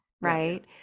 right